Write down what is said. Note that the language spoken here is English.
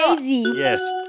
Yes